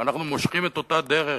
ואנחנו מושכים לאותה דרך,